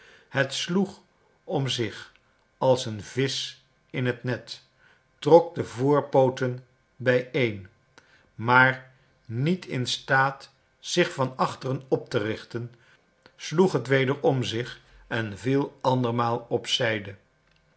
het sloeg om zich als een visch in het net trok de voorpooten bijeen maar niet in staat zich van achteren op te richten sloeg het weder om zich en viel andermaal op zijde